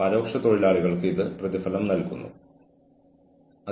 വ്യക്തമായും ഒരു വ്യക്തി എല്ലാം ഒരു ബാക്ക്ബേണറിൽ വെച്ചിട്ടുണ്ടെങ്കിൽ